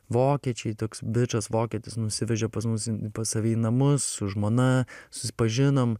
vokiečiai toks bičas vokietis nusivežė pas mus pas save į namus su žmona susipažinom